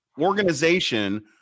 organization –